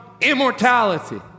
immortality